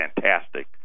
fantastic